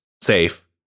safe